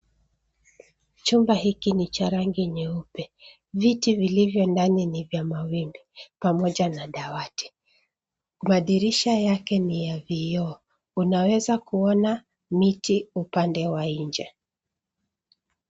Chumba hiki ni cha rangi nyeupe. Viti vilivyo ndani ni vya mawimbi pamoja na dawati. Madirisha yake ni ya vioo. Unaweza kuona miti upande wa nje.